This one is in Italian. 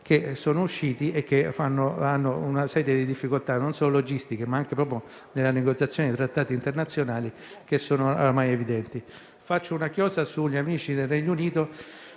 che sono usciti e che incontrano una serie di difficoltà non solo logistiche, ma anche nella negoziazione dei trattati internazionali che sono ormai evidenti. Faccio una chiosa sugli amici del Regno Unito.